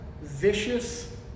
vicious